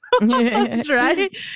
Right